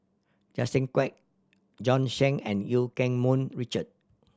Justin Quek Bjorn Shen and Eu Keng Mun Richard